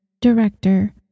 director